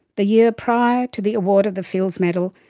the year prior to the award of the fields medal,